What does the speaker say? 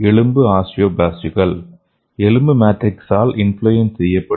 ஆஸ்டியோபிளாஸ்ட்கள் எலும்பு மேட்ரிக்ஸால் இன்ஃப்ளுயன்ஸ் செய்யப்படுகின்றன